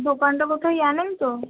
দোকানটা কোথায় জানেন তো